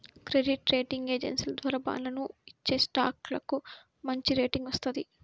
credit rating ఏజెన్సీల ద్వారా బాండ్లను ఇచ్చేస్టాక్లకు మంచిరేటింగ్ వత్తది